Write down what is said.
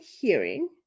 hearing